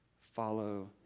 follow